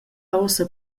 ussa